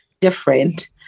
different